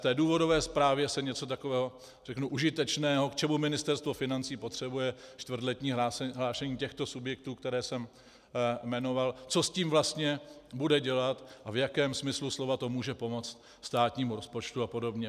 V důvodové zprávě se něco takového, řeknu, užitečného, k čemu Ministerstvo financí potřebuje čtvrtletní hlášení těchto subjektů, které jsem jmenoval, co s tím vlastně bude dělat a v jakém smyslu slova to může pomoct státnímu rozpočtu apod.